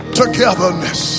togetherness